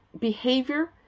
behavior